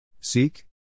Seek